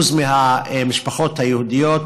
מהמשפחות היהודיות,